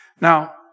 Now